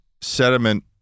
sediment